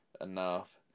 enough